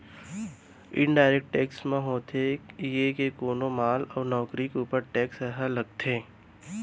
indirect tax म होथे ये के कोनो माल अउ नउकरी के ऊपर टेक्स ह लगथे